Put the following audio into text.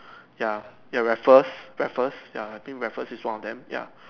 ya ya Raffles Raffles ya I think Raffles is one of them ya